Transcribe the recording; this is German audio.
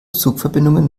zugverbindungen